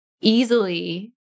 easily